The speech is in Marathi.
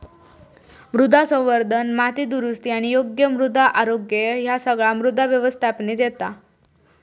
मृदा संवर्धन, माती दुरुस्ती आणि योग्य मृदा आरोग्य ह्या सगळा मृदा व्यवस्थापनेत येता